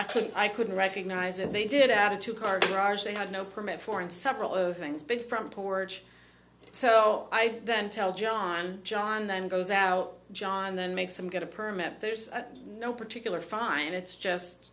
i couldn't i couldn't recognize it they did out a two car garage they had no permit for in several of things big front porch so i then tell john john then goes out john then makes them get a permit there's no particular fine it's just